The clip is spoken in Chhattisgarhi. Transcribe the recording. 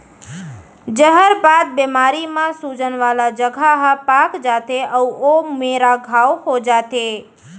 जहरबाद बेमारी म सूजन वाला जघा ह पाक जाथे अउ ओ मेरा घांव हो जाथे